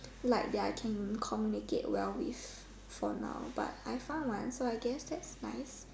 like they're can communicate well with for now but I found mine so I guess that's nice